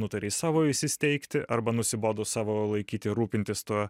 nutarei savo įsisteigti arba nusibodo savo laikyti rūpintis tuo